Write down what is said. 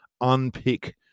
unpick